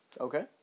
Okay